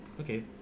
okay